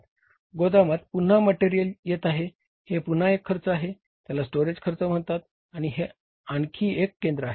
गोदामात पुन्हा मटेरियल येत आहे हे पुन्हा एक खर्च आहे त्याला स्टोरेज खर्च म्हणतात आणि हे आणखी एक केंद्र आहे